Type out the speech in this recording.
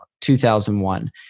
2001